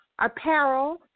apparel